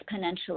exponentially